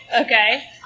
Okay